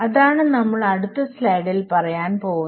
അതാണ് നമ്മൾ അടുത്ത സ്ലൈഡിൽ പറയാൻ പോവുന്നത്